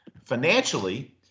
financially